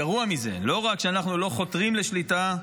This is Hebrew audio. גרוע מזה, לא רק שאנחנו לא חותרים לשליטה,